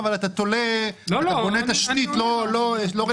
אבל אתה בונה תשתית לא רלוונטית.